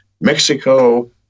Mexico